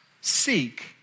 seek